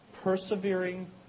persevering